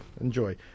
enjoy